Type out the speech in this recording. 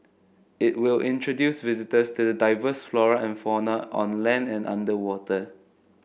it will introduce visitors to the diverse flora and fauna on land and underwater